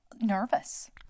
nervous